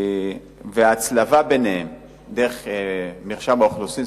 וההצלבה ביניהן דרך מרשם האוכלוסין,